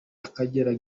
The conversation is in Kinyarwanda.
akagera